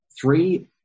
three